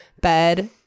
bed